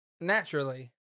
naturally